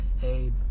hey